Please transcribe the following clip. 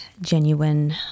genuine